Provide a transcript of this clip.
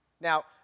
Now